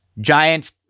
Giants